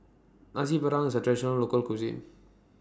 Nasi Padang IS A Traditional Local Cuisine